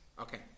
Okay